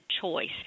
choice